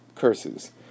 curses